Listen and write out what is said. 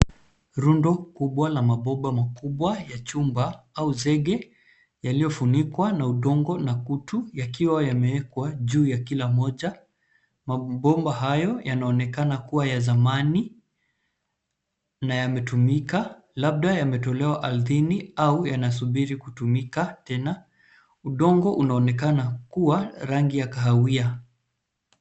Rundo kubwa la mabomba makubwa ya chumba au zege yaliyofunikwa na udongo na kutu yakiwa yamewekwa juu ya kila moja. Mabomba hayo yanaonekana kuwa ya zamani na yametumika, labda yametolewa ardhini au yanasubiri kutumika tena. Udongo unaonekana kuwa rangi ya kahawia.